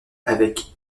avec